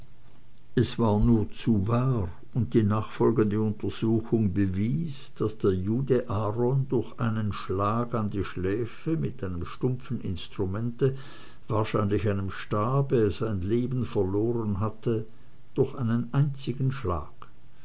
es war nur zu wahr und die nachfolgende untersuchung bewies daß der jude aaron durch einen schlag an die schläfe mit einem stumpfen instrumente wahrscheinlich einem stabe sein leben verloren hatte durch einen einzigen schlag